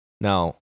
Now